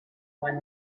one